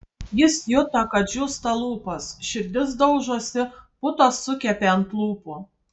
jis juto kad džiūsta lūpos širdis daužosi putos sukepė ant lūpų